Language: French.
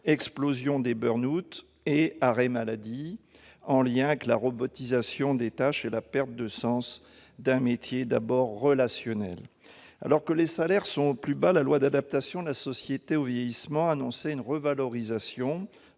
explosion des burn-out et des arrêts maladie en lien avec la robotisation des tâches et la perte de sens d'un métier d'abord relationnel. Alors que les salaires sont au plus bas, la loi relative à l'adaptation de la société au vieillissement annonçait une revalorisation,